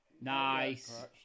Nice